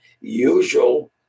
usual